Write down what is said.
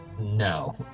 No